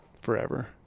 Forever